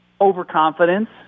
overconfidence